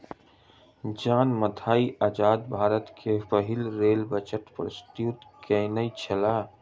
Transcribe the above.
John Mathai आजाद भारत के पहिल रेल बजट प्रस्तुत केनई छला